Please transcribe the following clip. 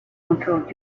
until